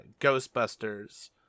Ghostbusters